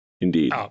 indeed